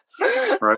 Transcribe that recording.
right